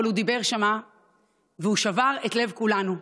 אבל הוא דיבר שם והוא שבר את לב כולנו.